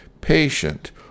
patient